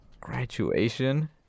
graduation